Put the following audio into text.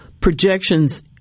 projections